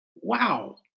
wow